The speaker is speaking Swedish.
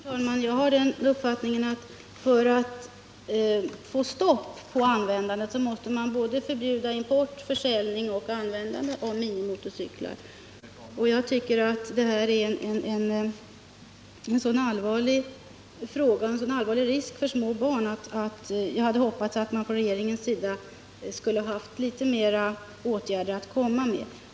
Herr talman! Jag har den uppfattningen att man för att få stopp på användandet måste förbjuda såväl import som försäljning och användande av minimotorcyklar. Detta är en så allvarlig fråga, innebärande en så betydande risk för små barn, att jag hade hoppats att regeringen skulle haft litet mera av förslag till åtgärder att komma med.